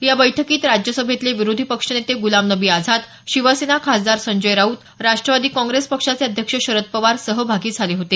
या बैठकीत राज्यसभेतले विरोधी पक्षनेते गुलाम नबी आझाद शिवसेना खासदार संजय राऊत राष्ट्रवादी काँग्रेस पक्षाचे अध्यक्ष शरद पवार सहभागी झाले होते